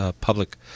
public